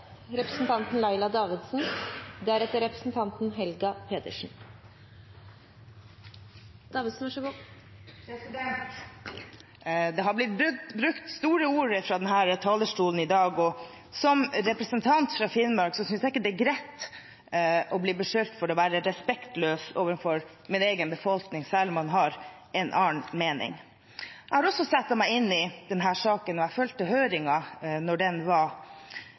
Det har blitt brukt store ord fra denne talerstolen i dag, og som representant fra Finnmark synes jeg ikke det er greit å bli beskyldt for å være respektløs overfor min egen befolkning, selv om man har en annen mening. Jeg har også satt meg inn i denne saken, og jeg fulgte høringen da den var. De lokalt valgte TF-medlemmer har jo fulgt